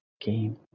game